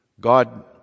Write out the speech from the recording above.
God